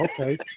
okay